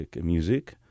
music